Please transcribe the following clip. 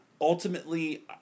Ultimately